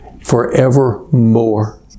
forevermore